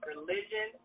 religion